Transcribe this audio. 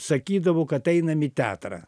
sakydavo kad einam į teatrą